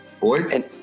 Boys